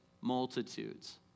multitudes